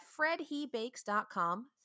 fredhebakes.com